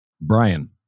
Brian